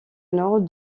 nord